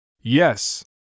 Yes